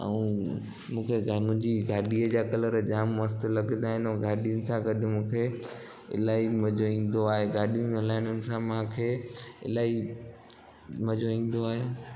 ऐं मूंखे माण्हुनि जी गाॾीअ जा कलर जाम मस्तु लॻंदा आहिनि गाॾियुनि सां गॾु मूंखे अलाई मज़ो ईंदो आहे गाॾियुनि हलाइण सां मूंखे अलाई मज़ो ईंदो आहे